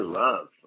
love